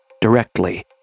directly